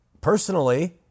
personally